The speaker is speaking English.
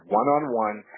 one-on-one